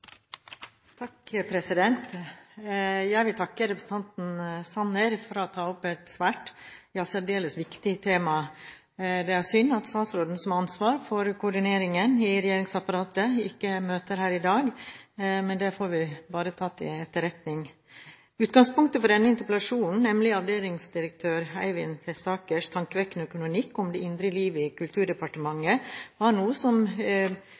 Sanner for å ta opp et svært viktig – ja, særdeles viktig – tema. Det er synd at statsråden som har ansvaret for koordineringen i regjeringsapparatet, ikke møter her i dag, men det får vi bare ta til etterretning. Utgangspunktet for denne interpellasjonen, nemlig avdelingsdirektør Eivind Tesakers tankevekkende kronikk om det indre liv i Kulturdepartementet, var noe som